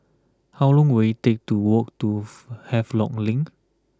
how long will it take to walk to Havelock Link